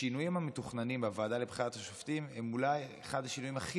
השינויים המתוכננים בוועדה לבחירת השופטים הם אולי אחד השינויים הכי